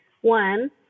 One